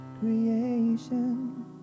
creation